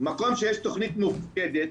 מקום שיש תכנית מופקדת,